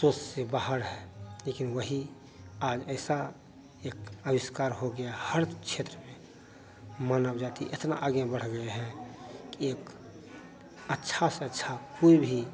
सोच से बाहर है लेकिन वही आज ऐसा एक आविष्कार हो गया हर क्षेत्र में मानव जाती एतना आगे बढ़ गई है कि एक अच्छे से अच्छे फुल भी